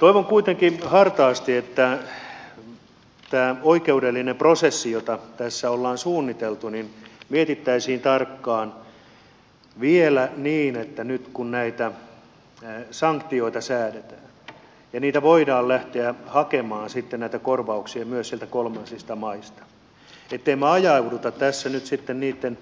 toivon kuitenkin hartaasti että tätä oikeudellista prosessia jota tässä on suunniteltu mietittäisiin tarkkaan vielä niin että nyt kun näitä sanktioita säädetään ja niitä korvauksia voidaan lähteä hakemaan sitten myös sieltä kolmansista maista niin emme ajaudu tässä nyt sitten niitä